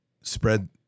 Spread